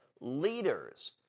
leaders